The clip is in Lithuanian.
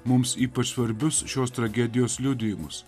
mums ypač svarbius šios tragedijos liudijimus